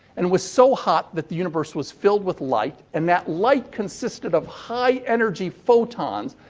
and it was so hot that the universe was filled with light and that light consisted of high energy photons,